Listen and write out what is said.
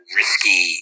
risky